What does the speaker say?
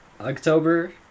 October